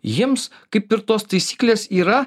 jiems kaip ir tos taisyklės yra